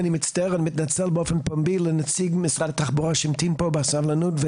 ואני מצטער ומתנצל באופן פומבי לנציג משרד התחבורה שהמתין פה בסבלנות,